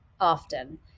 often